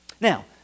Now